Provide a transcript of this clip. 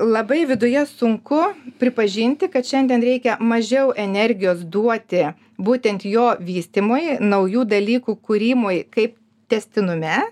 labai viduje sunku pripažinti kad šiandien reikia mažiau energijos duoti būtent jo vystymui naujų dalykų kūrimui kai tęstinume